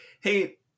hey